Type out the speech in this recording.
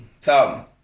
Tom